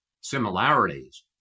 similarities